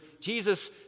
Jesus